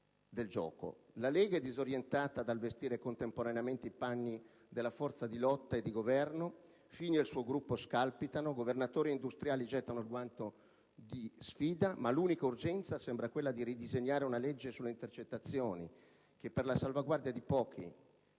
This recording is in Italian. La Lega è disorientata dal vestire contemporaneamente i panni della forza di lotta e di governo; Fini e il suo gruppo scalpitano; governatori e industriali gettano il guanto di sfida, ma l'unica urgenza sembra quella di ridisegnare una legge sulle intercettazioni che, per la salvaguardia di pochi